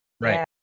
right